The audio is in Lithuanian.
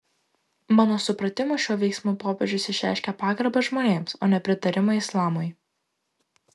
mano supratimu šiuo veiksmu popiežius išreiškė pagarbą žmonėms o ne pritarimą islamui